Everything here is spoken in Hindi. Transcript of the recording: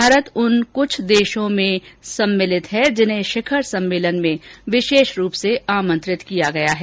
भारत उन कुछ देशों में शामिल है जिन्हें शिखर सम्मेलन में विशेष रूप से आमंत्रित किया गया है